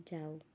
ਜਾਓ